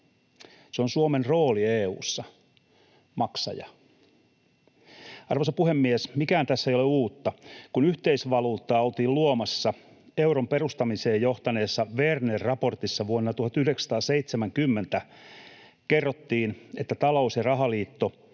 Se on Suomen rooli EU:ssa: maksaja. Arvoisa puhemies! Mikään tässä ei ole uutta. Kun yhteisvaluuttaa oltiin luomassa, euron perustamiseen johtaneessa Werner-raportissa vuonna 1970 kerrottiin, että talous- ja rahaliitto